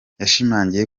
yashimangiye